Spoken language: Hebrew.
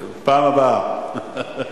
בפעם הבאה.